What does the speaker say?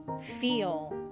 feel